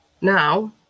now